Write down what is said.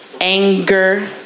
anger